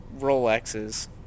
Rolexes